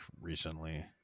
recently